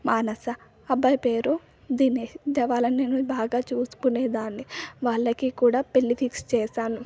మానస అబ్బాయి పేరు దినేష్ ఇంక వాళ్ళని నేను బాగా చూసుకునేదాన్ని వాళ్ళకి కూడా పెళ్ళి ఫిక్స్ చేశాను